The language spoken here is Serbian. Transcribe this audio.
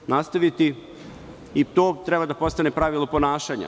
To treba nastaviti i to treba da postane pravilo ponašanja.